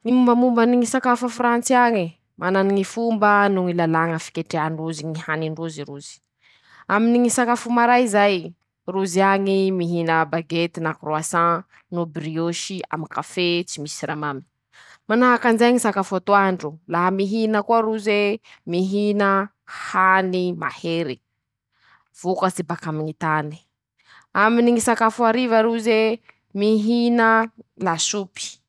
Mombamombany ñy sakafo a frantsy añe: -Manany ñy fomba no ñy lalàña fiketrehan-drozy ñy hanin-drozy rozy; aminy ñy sakafo maray zay ,rozy añy mihina Baguety na croissan no bruôsy amy kafe tsy misy siramamy; manahaky anizay ñy sakafo atoandro ,laha mihina koa roze ,mihina hany mahere, vokatsy bakaminy ñy tany; aminy ñy sakafo hariva roze ,mihina lasopy.